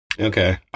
Okay